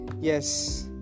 Yes